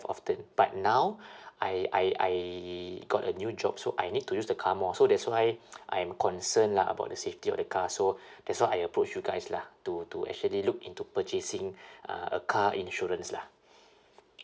often but now I I I got a new job so I need to use the car more so that's why I'm concerned lah about the safety of the car so that's why I approach you guys lah to to actually look into purchasing uh a car insurance lah